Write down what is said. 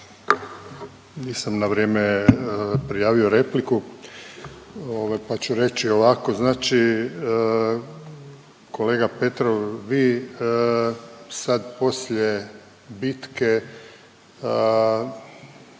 nisam na vrijeme prijavio repliku pa ću reći ovako, znači kolega Petrov vi sad poslije bitke